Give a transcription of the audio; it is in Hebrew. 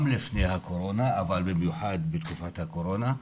גם לפני הקורונה אבל במיוחד בתקופת הקורונה.